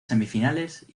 semifinales